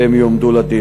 והם יועמדו לדין.